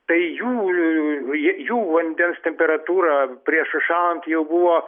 tai jų j jų vandens temperatūra prieš užšąlant jau buvo